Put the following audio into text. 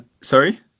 Sorry